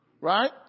right